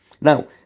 Now